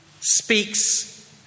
speaks